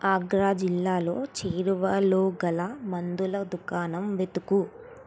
అగ్రా జిల్లాలో చేరువలోగల మందుల దుకాణం వెతుకు